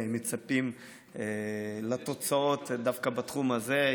מצפים לתוצאות דווקא בתחום הזה,